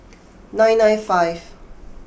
nine nine five